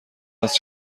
است